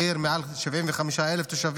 עיר של מעל 75,000 תושבים,